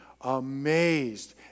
amazed